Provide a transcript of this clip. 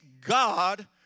God